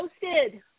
posted